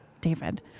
David